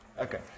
Okay